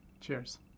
Cheers